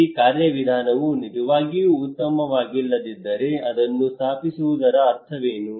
ಈ ಕಾರ್ಯವಿಧಾನವು ನಿಜವಾಗಿಯೂ ಉತ್ತಮವಾಗಿಲ್ಲದಿದ್ದರೆ ಅದನ್ನು ಸ್ಥಾಪಿಸುವುದರ ಅರ್ಥವೇನು